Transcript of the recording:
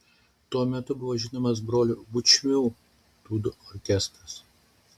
tuo metu buvo žinomas brolių bučmių dūdų orkestras